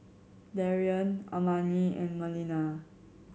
Darion Amani and Melina